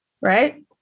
right